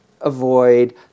avoid